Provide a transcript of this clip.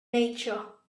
nature